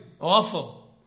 awful